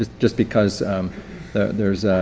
just just because there's,